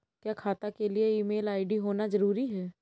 क्या खाता के लिए ईमेल आई.डी होना जरूरी है?